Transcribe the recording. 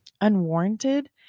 unwarranted